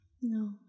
No